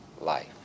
life